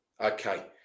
Okay